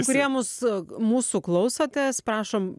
kurie mus mūsų klausotės prašom